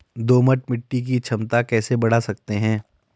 दोमट मिट्टी की क्षमता कैसे बड़ा सकते हैं?